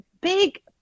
big